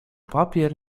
papier